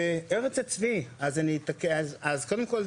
ארץ הצבי: אז קודם כל,